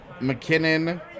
McKinnon